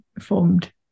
formed